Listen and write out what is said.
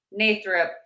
Nathrop